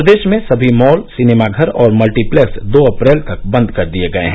प्रदेश में समी mall cinema घर और मल्टीप्लेक्स दो अप्रैल तक बंद कर दिए गए हैं